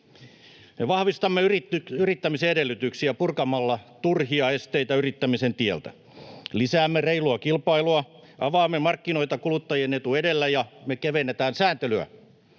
Me vahvistamme yrittämisen edellytyksiä purkamalla turhia esteitä yrittämisen tieltä. Lisäämme reilua kilpailua, avaamme markkinoita kuluttajien etu edellä ja kevennämme sääntelyä.